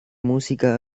música